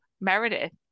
Meredith